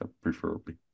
Preferably